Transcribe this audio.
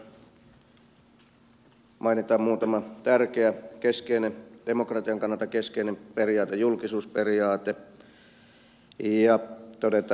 valiokunnan mietinnössä mainitaan muutama tärkeä keskeinen demokratian kannalta keskeinen periaate julkisuusperiaate ja todetaan